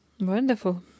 Wonderful